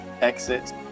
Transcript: exit